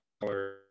color